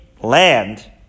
land